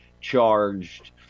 charged